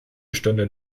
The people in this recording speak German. bestünde